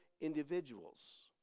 individuals